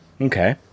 Okay